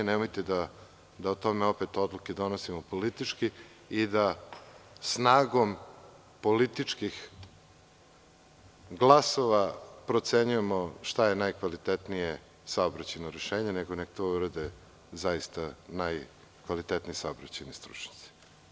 Nemojte da o tome opet odluke donosimo politički i da snagom političkih glasova procenjujemo šta je najkvalitetnije saobraćajno rešenje, nego nek to urade zaista najkvalitetniji saobraćajni stručnjaci.